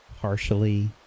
partially